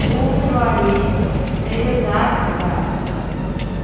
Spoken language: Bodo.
गु फेब्रुवारि नै रोजा जिबा